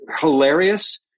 hilarious